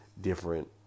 different